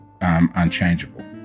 unchangeable